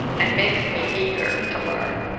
and makes me eager to learn.